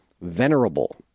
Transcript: venerable